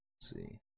see